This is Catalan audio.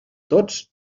tots